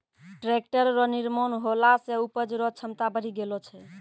tractor रो निर्माण होला से उपज रो क्षमता बड़ी गेलो छै